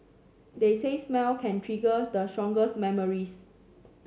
they say smell can trigger the strongest memories